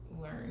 learn